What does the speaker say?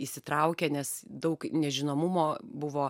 įsitraukę nes daug nežinomumo buvo